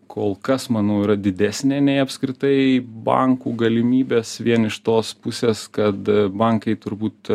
kol kas manau yra didesnė nei apskritai bankų galimybės vien iš tos pusės kad bankai turbūt